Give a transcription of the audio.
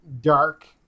dark